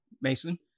Mason